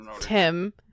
tim